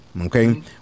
okay